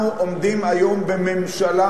אנחנו עומדים היום בממשלה